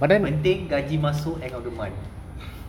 penting gaji masuk end of the month